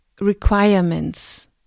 requirements